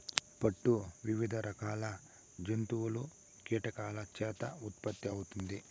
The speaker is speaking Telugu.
పట్టు వివిధ రకాల జంతువులు, కీటకాల చేత ఉత్పత్తి అవుతుంది